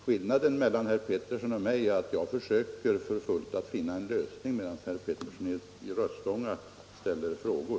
Skillnaden mellan herr Petersson och mig är att jag är i full färd med att söka finna en lösning, medan herr Petersson ställer frågor.